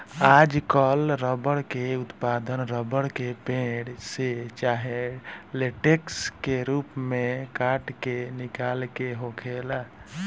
आजकल रबर के उत्पादन रबर के पेड़, से चाहे लेटेक्स के रूप में काट के निकाल के होखेला